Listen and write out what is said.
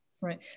Right